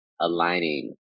aligning